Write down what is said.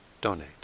donate